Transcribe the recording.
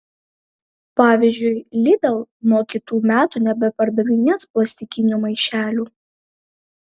pavyzdžiui lidl nuo kitų metų nebepardavinės plastikinių maišelių